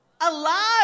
alive